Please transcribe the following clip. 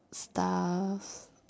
stuff